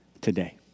today